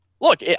look